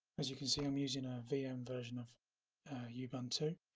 as you can see i'm using a vm version of ubuntu